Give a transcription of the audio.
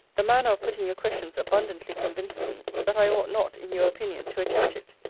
the manner of putting your questions abundantly convinces me, that i ought not, in your opinion, to attempt it.